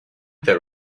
there